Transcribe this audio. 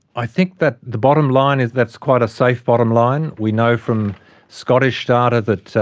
i think that the bottom-line is that it's quite a safe bottom-line. we know from scottish data that